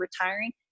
retiring